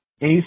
Ace